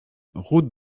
route